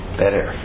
better